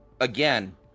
again